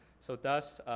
so thus,